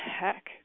heck